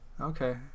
Okay